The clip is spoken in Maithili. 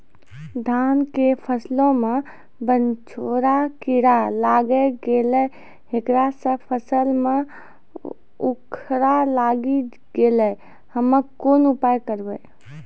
धान के फसलो मे बनझोरा कीड़ा लागी गैलै ऐकरा से फसल मे उखरा लागी गैलै हम्मे कोन उपाय करबै?